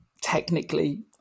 Technically